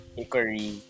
Hickory